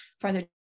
further